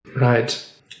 Right